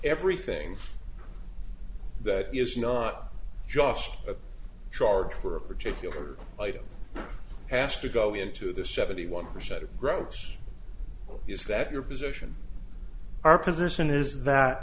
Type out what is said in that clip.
everything that is not just a charge for a particular item has to go into the seventy one percent of gross is that your position our position is that